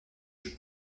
jeux